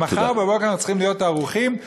למחר בבוקר אנחנו צריכים להיות ערוכים.